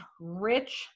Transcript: rich